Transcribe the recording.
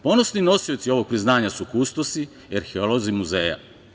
Ponosni nosioci ovog priznanja su kustosi i arheolozi muzeja.